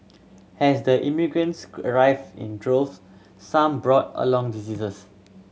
as the immigrants arrived in drove some brought along diseases